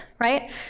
right